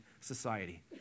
society